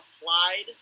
applied